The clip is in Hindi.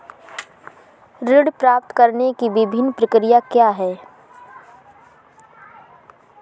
ऋण प्राप्त करने की विभिन्न प्रक्रिया क्या हैं?